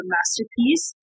Masterpiece